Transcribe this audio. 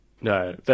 No